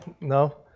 no